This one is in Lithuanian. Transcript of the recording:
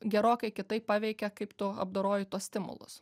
gerokai kitaip paveikia kaip tu apdoroji tuos stimulus